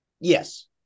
Yes